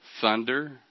thunder